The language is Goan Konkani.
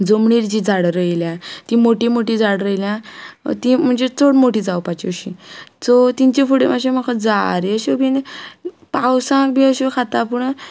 जमनीर जी झाडां रोयल्या ती मोठी मोठी झाडां रयल्या ती म्हणजे चड मोठी जावपाची अशी सो तिचे फुडें मात म्हाका ज्यो अश्यो बी पावसाक बी अश्यो खाता पूण